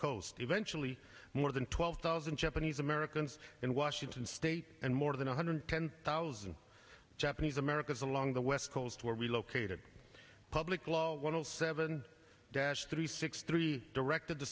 coast eventually more than twelve thousand japanese americans in washington state and more than one hundred ten thousand japanese americans along the west coast where we located public law one hundred seven dash three six three directed the